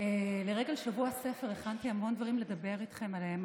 לרגל שבוע הספר הכנתי המון דברים לדבר איתכם עליהם,